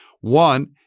One